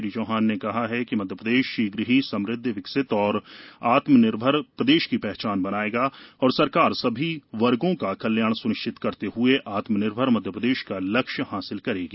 श्री चौहान ने कहा कि मध्यप्रदेश शीघ ही समृद्ध विकसित और आत्मनिर्भर प्रदेश की पहचान बनायेगा और सरकार सभी वर्गों का कल्याण सुनिश्चित करते हुए आत्मनिर्भर मध्यप्रदेश का लक्ष्य हासिल करेगी